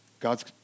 God's